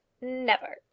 Never